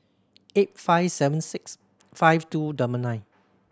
eight five seven six five two double nine